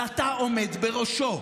ואתה עומד בראשו.